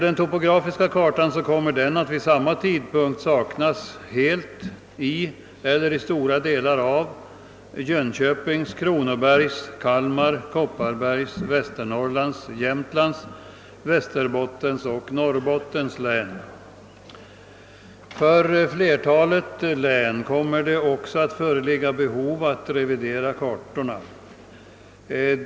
Den topografiska kartan kommer vid samma tidpunkt att saknas helt eller delvis i Jönköpings, Kronobergs, Kalmar, Kopparbergs, Västernorrlands, Jämtlands, Västerbottens och Norrbottens län. För flertalet län kommer det också att föreligga behov av att revidera kartorna.